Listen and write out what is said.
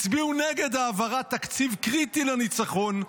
הצביעו נגד העברת תקציב קריטי לניצחון,